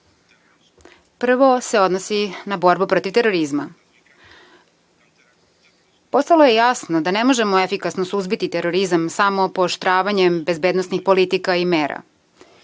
se odnosi na borbu protiv terorizma. Postalo je jasno da ne možemo efikasno suzbiti terorizam samo pooštravanjem bezbednosnih politika i mera.